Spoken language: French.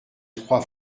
trois